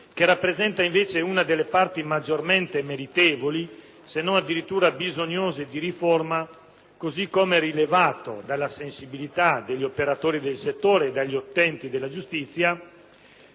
che rappresenta invece una delle parti maggiormente meritevoli (se non addirittura bisognose) di riforma, così come rilevato dalla sensibilità degli operatori del settore e dagli utenti della giustizia.